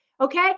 Okay